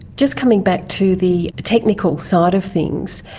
just coming back to the technical side of things,